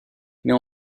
mais